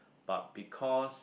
but because